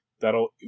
that'll